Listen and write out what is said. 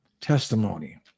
testimony